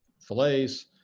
fillets